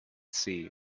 see